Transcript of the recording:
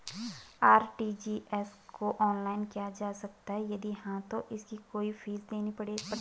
RTGS को online किया जा सकता है यदि हाँ तो इसकी कोई फीस देनी पड़ती है?